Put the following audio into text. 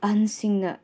ꯑꯍꯟꯁꯤꯡꯅ